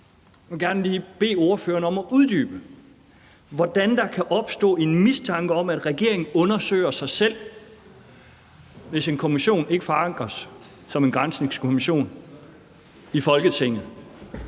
jeg gerne lige bede ordføreren om at uddybe, hvordan der kan opstå en mistanke om, at regeringen undersøger sig selv, hvis en kommission ikke forankres som en granskningskommission i Folketinget.